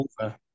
over